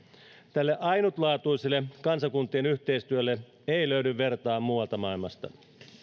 tälle ainutlaatuiselle kansakuntien yhteistyölle ei löydy vertaa muualta maailmasta